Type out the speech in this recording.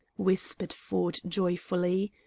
whispered ford joyfully.